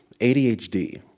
ADHD